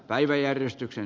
kiitoksia